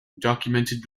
documented